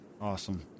Awesome